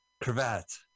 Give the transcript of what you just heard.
Cravat